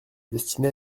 destinée